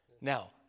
Now